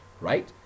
right